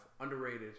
Underrated